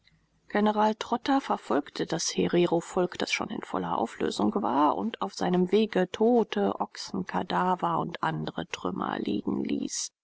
general trotha verfolgte das hererovolk das schon in voller auflösung war und auf seinem wege tote ochsenkadaver und andere trümmer liegen ließ